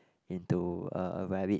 into a a rabbit